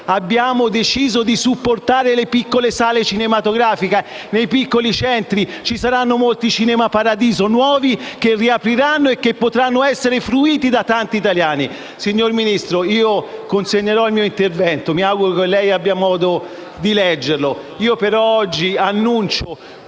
Abbiamo deciso di supportare le piccole sale cinematografiche; nei piccoli centri ci saranno molti «cinema Paradiso» nuovi, che riapriranno e che potranno essere fruiti da tanti italiani. Signor Ministro, consegnerò il testo scritto del mio intervento; mi auguro che lei abbia modo di leggerlo. Oggi dichiaro,